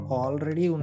already